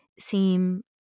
seem